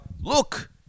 look